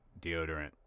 deodorant